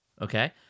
okay